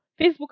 facebook